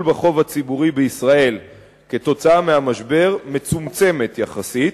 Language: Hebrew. בחוב הציבורי בישראל כתוצאה מהמשבר מצומצם יחסית,